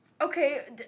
Okay